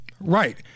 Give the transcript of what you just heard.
Right